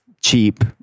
cheap